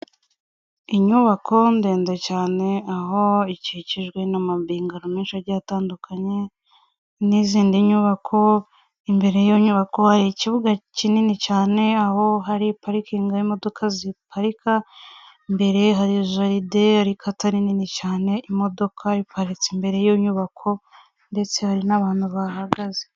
Inyubako ndende cyane, aho ikikijwe n'amabingaro menshi agiye atandukanye, n'izindi nyubako. Imbere y'iyo nyubako hari ikibuga kinini cyane, aho hari parikingi y'imodoka ziparika. Imbere hari jaride, ariko atari nini cyane. Imodoka iparitse imbere y'iyo nyubako, ndetse hari n'abantu bahahagaze.